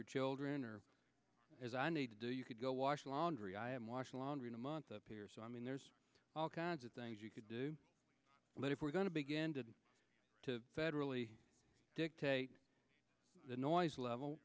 your children or as i need to do you could go wash the laundry i'm washing laundry in a month or so i mean there's all kinds of things you could do but if we're going to begin to federally dictate the noise level